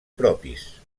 propis